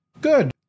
good